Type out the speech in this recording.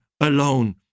alone